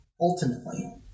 ultimately